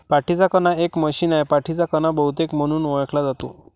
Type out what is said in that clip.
पाठीचा कणा एक मशीन आहे, पाठीचा कणा बहुतेक म्हणून ओळखला जातो